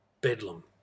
bedlam